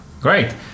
Great